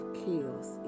chaos